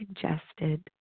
suggested